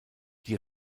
die